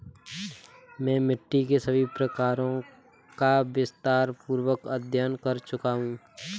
मैं मिट्टी के सभी प्रकारों का विस्तारपूर्वक अध्ययन कर चुका हूं